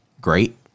great